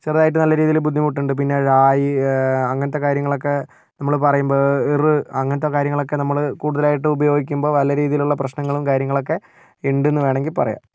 ചെറുതായിട്ട് നല്ല രീതിയില് ബുദ്ധിമുട്ടുണ്ട് പിന്നെ ഴായ് അങ്ങനത്തെ കാര്യങ്ങളൊക്കെ നമ്മള് പറയുമ്പം പിന്നെ ഇർ അങ്ങനത്തെ കാര്യങ്ങളൊക്കെ നമ്മള് കൂടുതലായിട്ടു ഉപയോഗിക്കുമ്പോൾ നല്ല രീതിയിലുള്ള പ്രശ്നങ്ങളും കാര്യങ്ങളൊക്കെ ഉണ്ടെന്ന് വേണമെങ്കിൽ പറയാം